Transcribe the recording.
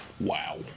Wow